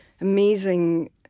amazing